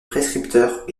prescripteurs